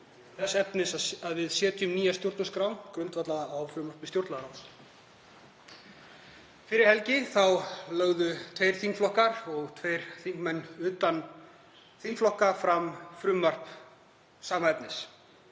þess efnis að við setjum nýja stjórnarskrá, grundvallaða á frumvarpi stjórnlagaráðs. Fyrir helgi lögðu tveir þingflokkar og tveir þingmenn utan þingflokka fram frumvarp sama efnis,